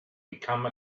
become